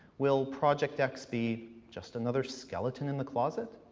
will project x be just another skeleton in the closet,